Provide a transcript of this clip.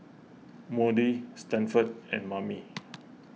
Maudie Stanford and Mammie